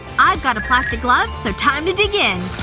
i've got a plastic glove, so time to dig in